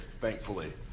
thankfully